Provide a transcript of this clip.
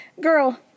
Girl